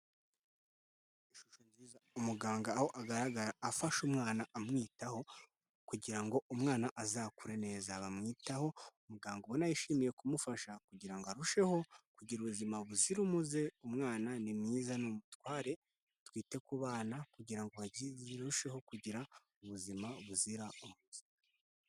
Ishusho nziza umuganga aho agaragara afashe umwana amwitaho, kugira ngo umwana azakure neza bamwitaho umuganga ubona yishimiye kumufasha kugira ngo arusheho kugira ubuzima buzira umuze. Umwana ni mwiza n'umutware twite ku bana kugirango ngo barusheho kugira ubuzima buzira umuze.